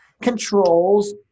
controls